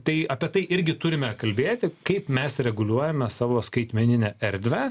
tai apie tai irgi turime kalbėti kaip mes reguliuojame savo skaitmeninę erdvę